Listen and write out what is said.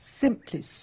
simply